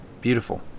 beautiful